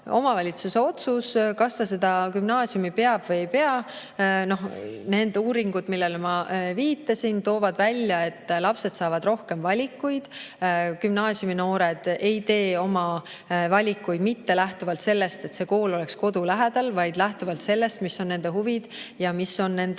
omavalitsuse enda otsus, kas ta gümnaasiumi peab või ei pea. Nende uuringud, millele ma viitasin, toovad välja, et lapsed saavad rohkem valikuid. Gümnaasiuminoored ei tee oma valikuid mitte lähtuvalt sellest, et kool oleks kodu lähedal, vaid teevad lähtuvalt sellest, mis on nende huvid ja tegelik